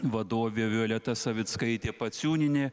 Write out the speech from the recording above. vadovė violeta savickaitė paciūnienė